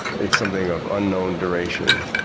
it's something of unknown duration,